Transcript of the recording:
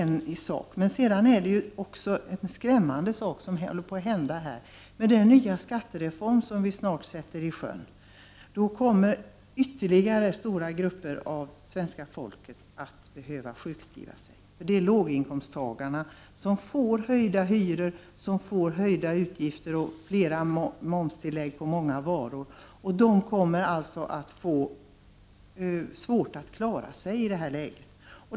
Men det finns en skrämmande sak som håller på att hända här. Med den nya skattereform som vi snart sätter i sjön kommer ytterligare stora grupper av svenska folket att behöva sjukskriva sig. Det är låginkomsttagarna som får höjda hyror, höjda utgifter och momstillägg på många varor. De kommer alltså att få svårt att klara sig i det här läget.